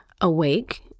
awake